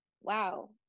wow